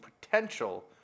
potential